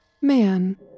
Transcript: Man